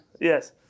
yes